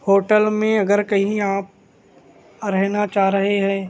hotel میں اگر کہیں آپ رہنا چاہ رہے ہیں